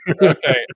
Okay